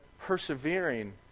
persevering